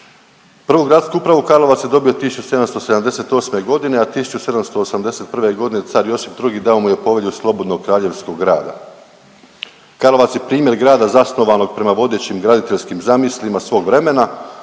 Prvu gradsku upravu Karlovac je dobio 1778. godine, a 1781. godine car Josip II, dao mu je Povelju slobodnog kraljevskog grada. Karlovac je primjer grada zasnovanog prema vodećim graditeljskim zamislima svog vremena